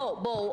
בואו.